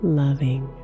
loving